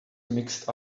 mixed